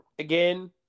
Again